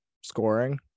scoring